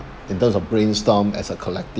in terms of brainstorm as a collective